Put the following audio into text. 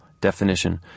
definition